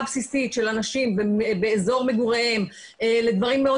בסיסית של אנשים באזור מגוריהם לדברים מאוד